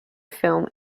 film